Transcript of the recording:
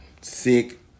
sick